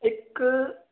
ਇੱਕ